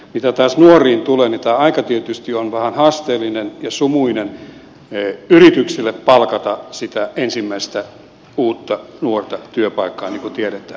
mitä taas nuoriin tulee niin tämä aika tietysti on vähän haasteellinen ja sumuinen yrityksille palkata sitä ensimmäistä uutta nuorta työpaikkaan niin kuin tiedetään